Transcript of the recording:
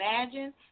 imagine